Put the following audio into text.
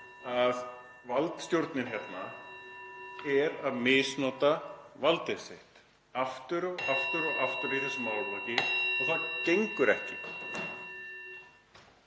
valdstjórnin hérna er að misnota vald sitt aftur og aftur í þessum málaflokki og það gengur ekki.